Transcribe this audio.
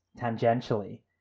tangentially